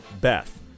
Beth